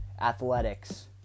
athletics